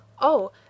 Oh